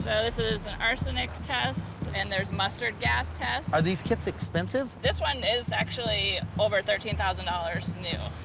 so this is an arsenic test, and there's mustard gas tests. are these kits expensive? this one is actually over thirteen thousand dollars new.